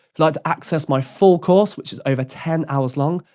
like access my full course which is over ten hours long,